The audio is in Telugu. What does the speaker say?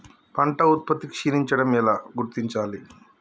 పంట ఉత్పత్తి క్షీణించడం ఎలా గుర్తించాలి?